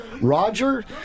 Roger